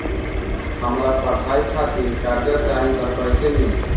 हमरा पढ़ाई खातिर कर्जा चाही त कैसे मिली?